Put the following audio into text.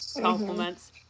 compliments